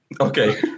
Okay